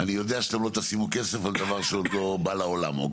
שאתם לא תשימו כסף על דבר שלא בא לעולם.